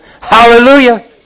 Hallelujah